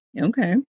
Okay